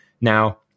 now